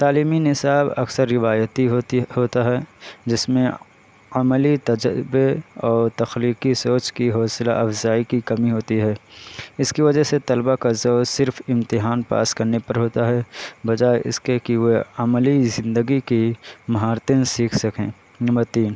تعلیمی نصاب اکثر روایتی ہوتی ہوتا ہے جس میں عملی تجربے اور تخلیقی سوچ کی حوصلہ افزائی کی کمی ہوتی ہے اس کی وجہ سے طلباء کا زور صرف امتحان پاس کرنے پر ہوتا ہے بجائے اس کے کہ وہ عملی زندگی کی مہارتیں سیکھ سکیں نمبر تین